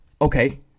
Okay